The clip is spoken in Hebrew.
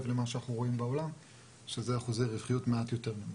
למה שאנחנו רואים בעולם שזה אחוזי רווחיות מעט יותר גבוהים.